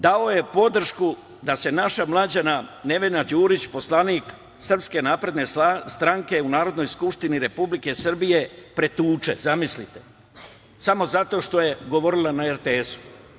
Dao je podršku da se naša mlađana Nevena Đurić, poslanik SNS u Narodnoj skupštini Republike Srbije, pretuče, zamislite, samo zato što je govorila na RTS.